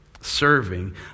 serving